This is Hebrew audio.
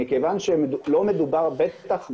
מכיוון שלא מדובר, בטח בקנאביס,